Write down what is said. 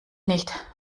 nicht